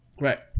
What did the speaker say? Right